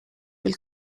will